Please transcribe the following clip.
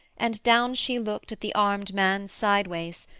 and down she looked at the armed man sideways,